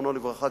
זיכרונו לברכה,